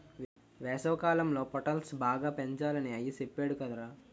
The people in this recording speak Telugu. వేసవికాలంలో పొటల్స్ బాగా పెంచాలని అయ్య సెప్పేడు కదరా